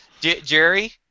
Jerry